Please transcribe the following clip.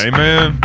Amen